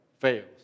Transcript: fails